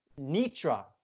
Nitra